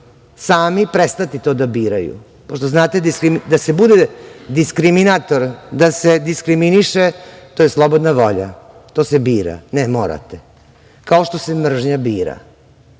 sami prestati to da biraju. Znate, da se bude diskriminator i da se diskriminiše to je slobodna volja, to se bira, ne morate, kao što se mržnja bira.